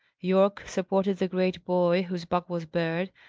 yorke supported the great boy whose back was bared,